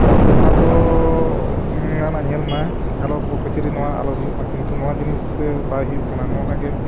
ᱟᱵᱚ ᱥᱚᱨᱠᱟᱨ ᱫᱚ ᱡᱟᱱᱟᱜ ᱧᱮᱞ ᱢᱟ ᱟᱞᱚ ᱠᱳᱨᱴᱼᱠᱟᱪᱷᱟᱨᱤ ᱱᱚᱣᱟ ᱟᱞᱚ ᱦᱩᱭᱩᱜ ᱢᱟ ᱠᱤᱱᱛᱩ ᱱᱚᱣᱟ ᱡᱤᱱᱤᱥ ᱵᱟᱭ ᱦᱩᱭᱩᱜ ᱠᱟᱱᱟ ᱱᱚᱜᱼᱚ ᱱᱚᱣᱟᱜᱮ